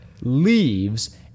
leaves